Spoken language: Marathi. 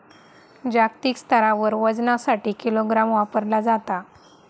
जागतिक स्तरावर वजनासाठी किलोग्राम वापरला जाता